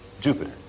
Jupiter